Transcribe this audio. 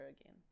again